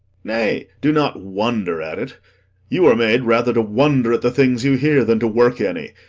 nay, do not wonder at it you are made rather to wonder at the things you hear than to work any.